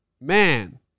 Man